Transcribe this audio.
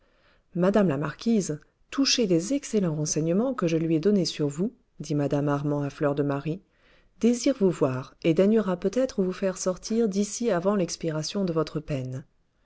mme la marquise touchée des excellents renseignements que je lui ai donnés sur vous dit mme armand à fleur de marie désire vous voir et daignera peut-être vous faire sortir d'ici avant l'expiration de votre peine